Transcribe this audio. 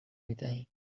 میدهیم